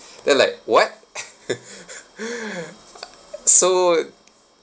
then like what uh so